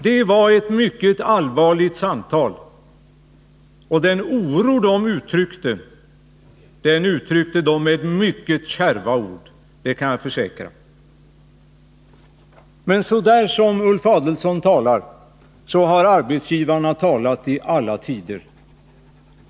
Det var ett mycket allvarligt samtal vi hade i utskottet, och den oro de uttryckte, uttryckte de med mycket kärva ord — det kan jag försäkra. Så som Ulf Adelsohn talar har arbetsgivarna talat i alla tider.